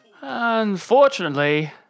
Unfortunately